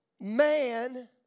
man